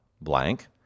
blank